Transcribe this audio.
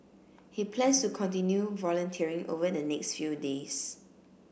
he plans to continue volunteering over the next few days